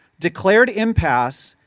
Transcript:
declared impasse,